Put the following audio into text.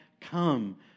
come